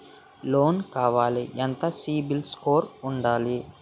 Loan కావాలి ఎంత CIBIL score ఉండాలి?